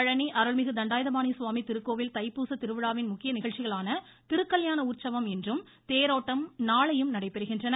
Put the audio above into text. பழனி அருள்மிகு தண்டாயுதபாணி சுவாமி திருக்கோவில் தைப்பூசத் திருவிழாவின் முக்கிய நிகழ்ச்சிகளான திருக்கல்யாண உற்சவம் இன்றும் தேரோட்டம் நாளையும் நடைபெறுகின்றன